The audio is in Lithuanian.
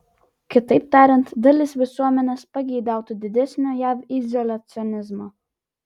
kitaip tariant dalis visuomenės pageidautų didesnio jav izoliacionizmo